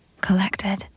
collected